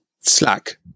slack